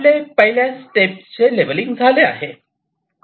आपले पहिल्या स्टेप्सचे लेबलिंग झाले आहे